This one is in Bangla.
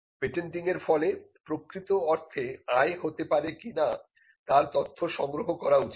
পেটেন্টিং এর ফলে প্রকৃত অর্থে আয় হতে পারে কিনা তার তথ্য সংগ্রহ করা উচিত